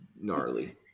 gnarly